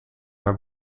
haar